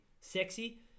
sexy